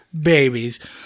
Babies